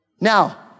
Now